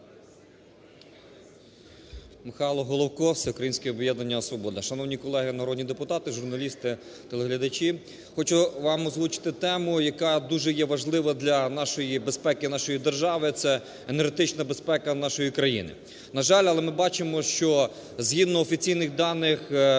Михайло Головко, Всеукраїнське об'єднання "Свобода". Шановні колеги народні депутати, журналісти, телеглядачі, хочу вам озвучити тему, яка дуже є важлива для нашої безпеки, нашої держави – це енергетична безпека нашої країни. На жаль, але ми бачимо, що згідно офіційних даних